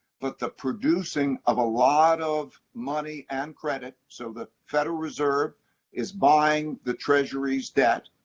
but the producing of a lot of money and credit so the federal reserve is buying the treasury's debt.